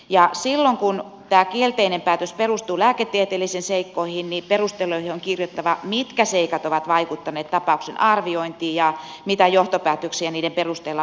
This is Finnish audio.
ja silloin kun tämä kielteinen päätös perustuu lääketieteellisiin seikkoihin perusteluihin on kirjattava mitkä seikat ovat vaikuttaneet tapauksen arviointiin ja mitä johtopäätöksiä niiden perusteella on tehty